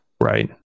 right